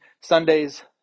Sunday's